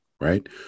right